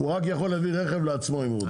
הוא רק יכול להביא רכב לעצמו אם הוא רוצה.